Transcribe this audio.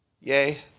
Yay